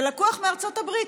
זה לקוח מארצות הברית,